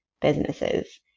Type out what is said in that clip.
businesses